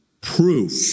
proof